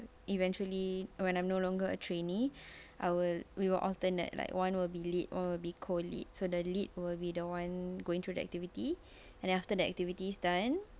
eventually when I'm no longer a trainee I will we will alternate like one will be lead one will be co-lead so the lead will be the one going through the activity and then after the activity is done